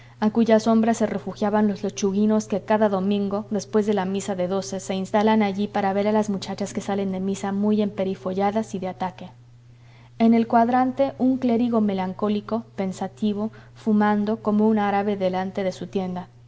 a cuya sombra se refugiaban los lechuguinos que cada domingo después de la misa de doce se instalan allí para ver a las muchachas que salen de misa muy emperifolladas y de ataque en el cuadrante un clérigo melancólico pensativo fumando como un árabe delante de su tienda